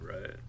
right